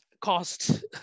cost